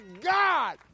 God